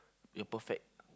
your perfect